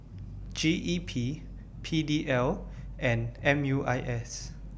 G E P P D L and M U I S